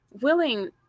Willing